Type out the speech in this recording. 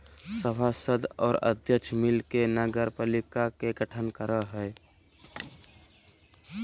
सभासद और अध्यक्ष मिल के नगरपालिका के गठन करो हइ